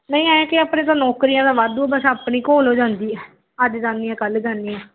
ਨਹੀਂ ਐਂ ਕਿ ਆਪਣੇ ਤਾਂ ਨੌਕਰੀਆਂ ਤਾਂ ਵਾਧੂ ਬਸ ਆਪਣੀ ਘੋਲ ਹੋ ਜਾਂਦੀ ਹੈ ਅੱਜ ਜਾਂਦੀ ਹਾਂ ਕੱਲ੍ਹ ਜਾਂਦੀ ਹਾਂ